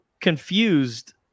confused